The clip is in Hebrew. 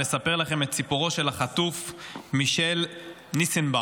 לספר לכם את סיפורו של החטוף מישל ניסנבאום.